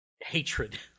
hatred